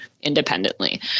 independently